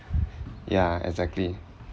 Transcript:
ya exactly